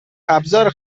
ابزار